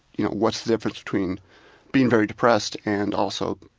you know, what's the difference between being very depressed and also,